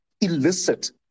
illicit